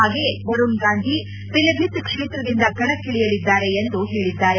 ಹಾಗೆಯೇ ವರುಣ್ ಗಾಂಧಿ ಪಿಲಿಭಿತ್ ಕ್ಷೇತ್ರದಿಂದ ಕಣಕ್ಕಿಳಿಯಲಿದ್ದಾರೆ ಎಂದು ಹೇಳಿದ್ದಾರೆ